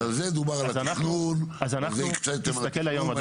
כן, אבל זה דובר על תכנון והקצאתם לתכנון.